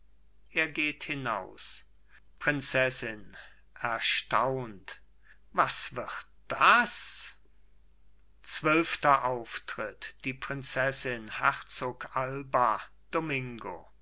er geht hinaus prinzessin erstaunt was wird das zwölfter auftritt die prinzessin herzog alba domingo